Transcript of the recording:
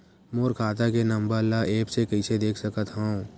मोर खाता के नंबर ल एप्प से कइसे देख सकत हव?